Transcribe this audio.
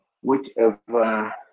whichever